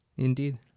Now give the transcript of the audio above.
indeed